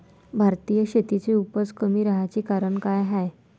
भारतीय शेतीची उपज कमी राहाची कारन का हाय?